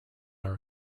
are